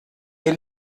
ihr